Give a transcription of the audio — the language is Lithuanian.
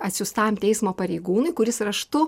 atsiųstam teismo pareigūnui kuris raštu